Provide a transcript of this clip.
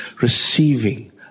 receiving